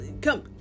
come